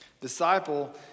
Disciple